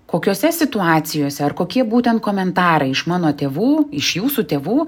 kokiose situacijose ar kokie būtent komentarai iš mano tėvų iš jūsų tėvų